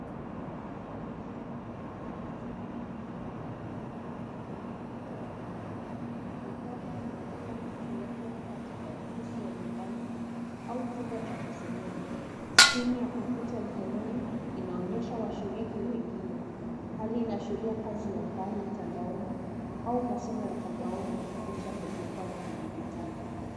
Mtu anayeshiriki katika simu ya mkutano wa video kwenye kompyuta ya mkononi ,mandhari inaonekana kuwekwa katika ofisi ya nyumbani au chumba cha kusomea ,skrini ya kompyuta mikononi inaonyesha washiriki wengine hali inaashiria kazi ya mbali mtandaoni au masomo ya mtandaoni kupitia majukwaa ya kidijitali.